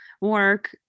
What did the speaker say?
work